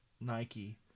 Nike